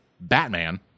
Batman